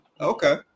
Okay